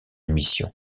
mission